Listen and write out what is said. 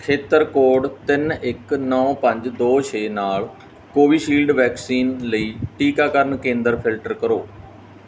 ਖੇਤਰ ਕੋਡ ਤਿੰਨ ਇੱਕ ਨੌਂ ਪੰਜ ਦੋ ਛੇ ਨਾਲ ਕੋਵਿਸ਼ਿਲਡ ਵੈਕਸੀਨ ਲਈ ਟੀਕਾਕਰਨ ਕੇਂਦਰ ਫਿਲਟਰ ਕਰੋ